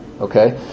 Okay